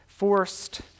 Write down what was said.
forced